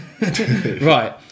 right